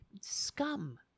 scum